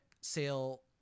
sale